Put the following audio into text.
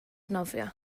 nofio